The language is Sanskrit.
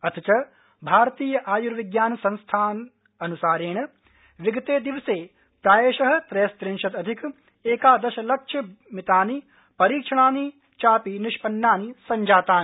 अथ च भारतीयायूर्विज्ञान संस्थानान्सारेण विगते दिवसे प्रायश त्रयस्त्रिंशदधिक एकादशलक्षमितानि परीक्षणानि चापि निष्पन्नानि संजातानि